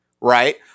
right